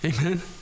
Amen